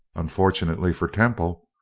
unfortunately for temple,